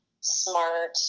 smart